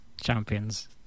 champions